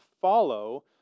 follow